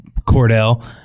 Cordell